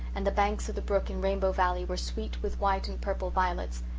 and the banks of the brook in rainbow valley were sweet with white and purple violets,